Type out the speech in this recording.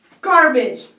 garbage